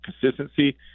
consistency